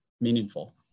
meaningful